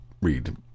read